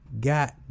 got